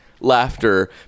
laughter